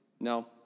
No